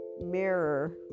mirror